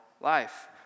life